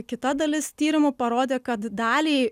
kita dalis tyrimų parodė kad daliai